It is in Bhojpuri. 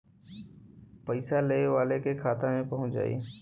पइसा लेवे वाले के खाता मे पहुँच जाई